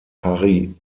harry